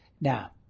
now